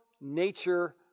nature